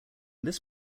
this